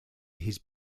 his